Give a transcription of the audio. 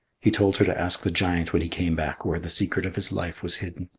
he told her to ask the giant when he came back where the secret of his life was hidden.